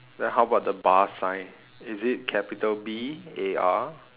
then how about the bar sign is it capital B A R